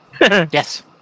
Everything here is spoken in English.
Yes